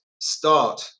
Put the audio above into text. start